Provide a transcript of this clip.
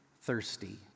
thirsty